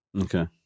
okay